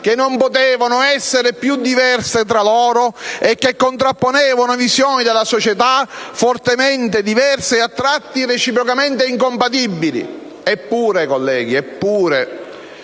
che non potevano essere più diverse tra loro e che contrapponevano visioni della società fortemente diverse e a tratti reciprocamente incompatibili. Eppure, colleghi, eppure,